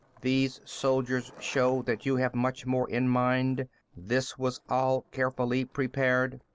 these soldiers show that you have much more in mind this was all carefully prepared.